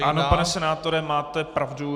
Ano, pane senátore, máte pravdu.